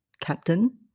Captain